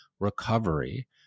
recovery